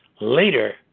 later